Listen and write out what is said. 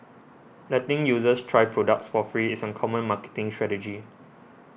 letting users try products for free is a common marketing strategy